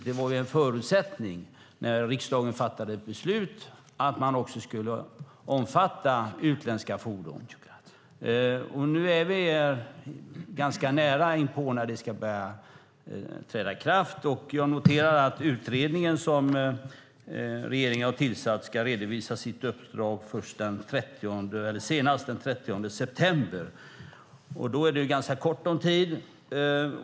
Det var ju en förutsättning när riksdagen fattade beslutet att det också skulle omfatta utländska fordon. Nu är vi ganska nära den dag när det ska träda i kraft. Jag noterar att den utredning som regeringen har tillsatt ska redovisa sitt uppdrag senast den 30 september. Då är det ganska kort om tid.